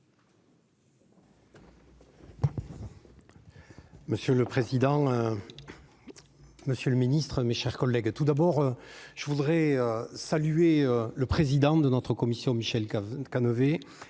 Monsieur le président, Monsieur le Ministre, mes chers collègues et tout d'abord je voudrais saluer le président de notre commission Michel qu'et